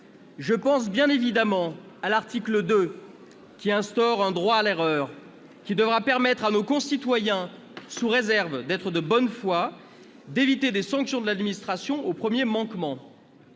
Je pense bien évidemment à l'article 2, qui instaure un droit à l'erreur qui devra permettre à nos concitoyens, sous réserve qu'ils soient de bonne foi, d'éviter des sanctions de l'administration au premier manquement.